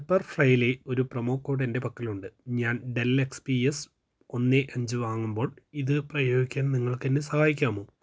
pepper ഫ്രൈയിലെ ഒരു promo code എൻ്റെ പക്കലുണ്ട് ഞാൻ ഡെൽ എക്സ്പീഎസ് ഒന്ന് അഞ്ച് വാങ്ങൂമ്പോൾ ഇത് പ്രയോഗിക്കാൻ നിങ്ങൾക്ക് എന്നെ സഹായിക്കാമോ